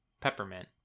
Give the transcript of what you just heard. peppermint